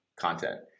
content